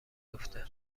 افته